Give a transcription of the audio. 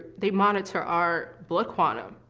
they monitor our blood quantum.